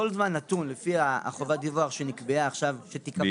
כל זמן נתון לפי חובת הדיווח שתיקבע בוועדה,